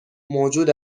موجود